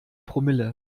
promille